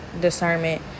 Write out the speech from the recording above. discernment